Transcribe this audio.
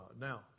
Now